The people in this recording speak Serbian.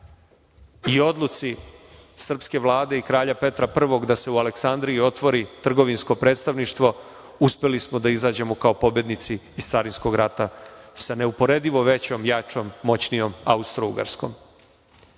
i odluci srpske Vlade i kralja Petra Prvog, da se u Aleksandriji otvori trgovinsko predstavništvo uspeli smo da izađemo kao pobednici iz Carinskog rata sa neuporedivo većom, jačom, moćnijom Austrougarskom.